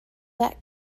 that